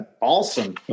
Awesome